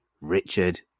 Richard